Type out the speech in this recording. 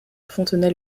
fontenay